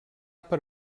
per